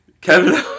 Kevin